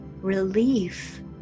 relief